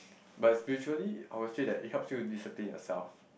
but is mutually I will say that it helps you to discipline yourself